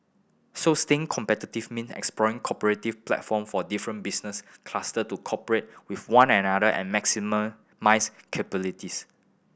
so staying competitive means exploring cooperative platform for different business cluster to cooperate with one another and capabilities